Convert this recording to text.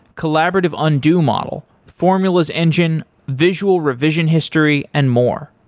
collaborative undo model, formulas engine, visual revision history and more.